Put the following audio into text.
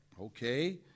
Okay